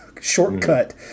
shortcut